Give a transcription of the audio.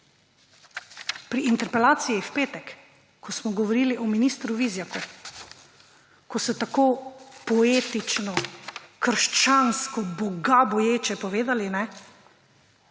Pri interpelaciji v petek, ko smo govorili o ministru Vizjaku, ko so tako poetično, krščansko, bogaboječe povedali, da